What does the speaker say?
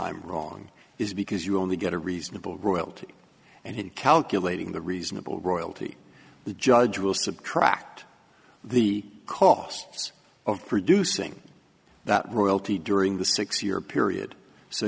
i'm wrong is because you only get a reasonable royalty and he calculating the reasonable royalty the judge will subtract the cost of producing that royalty during the six year period so